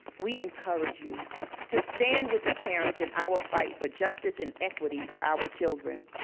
we encourage you to stand with the parents in our fight for justice and equity for our children.